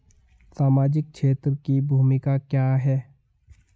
सामाजिक क्षेत्र की भूमिका क्या है?